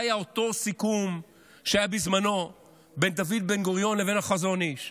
זה היה אותו סיכום שהיה בזמנו בין דוד בן-גוריון לבין החזון איש,